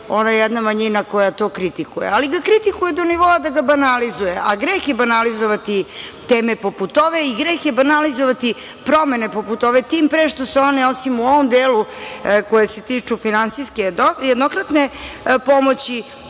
ona jedna manjina koja to kritikuje, ali ga kritikuje do nivoa da ga banalizuje, a greh je banalizovati teme poput ove i greh je banalizovati promene poput ove, tim pre što su one osim u ovom delu koje se tiču finansijske jednokratne pomoći